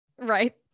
Right